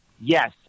yes